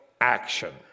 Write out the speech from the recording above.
action